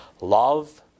love